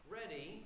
ready